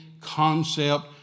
concept